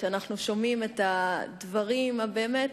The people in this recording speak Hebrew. כשאנחנו שומעים את הדברים הבאמת